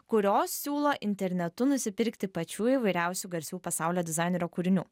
kurios siūlo internetu nusipirkti pačių įvairiausių garsių pasaulio dizainerio kūrinių